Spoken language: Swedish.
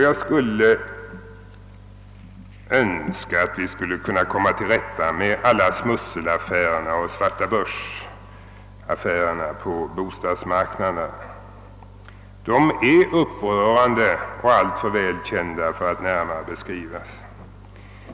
Jag skulle önska att vi kunde komma till rätta med allt smussel och alla svartabörsaffärer på bostadsmarknaden. De är upprörande och alltför välkända för att närmare beskrivas.